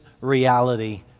reality